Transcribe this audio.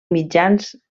mitjans